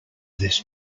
this